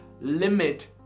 limit